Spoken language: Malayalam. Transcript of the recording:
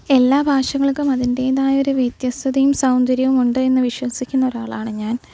എല്ലാ ഭാഷകള്ക്കും അതിന്റെതായൊരു വ്യത്യസ്തയും സൗന്ദര്യവും ഉണ്ട് എന്ന് വിശ്വസിക്കുന്നൊരാളാണ് ഞാന്